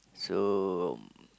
so